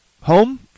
home